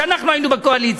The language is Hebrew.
כשאנחנו היינו בקואליציה,